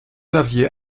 aviez